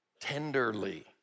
tenderly